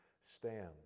stand